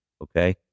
Okay